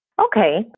Okay